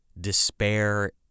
despair